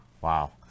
wow